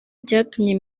byatumye